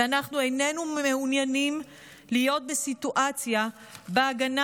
ואנחנו איננו מעוניינים להיות בסיטואציה שבה ההגנה